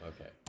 Okay